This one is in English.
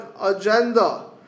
agenda